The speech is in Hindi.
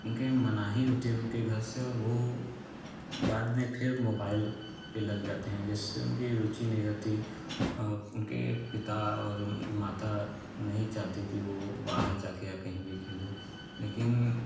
उनके मनाही होती उनके घर से और वो बाद में फिर मोबाईल पे लग जाते हैं जिससे उनकी रुचि नहीं रहती उनके पिता और उनकी माता नहीं चाहते कि वो बाहर जाके या कहीं भी खेले लेकिन